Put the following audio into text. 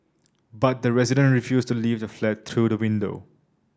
but the resident refused to leave the flat through the window